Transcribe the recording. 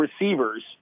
receivers